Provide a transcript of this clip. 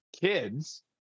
kids